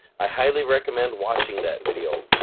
i highly recommend watching that video,